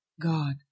God